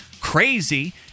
crazy